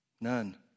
None